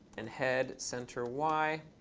and head center y.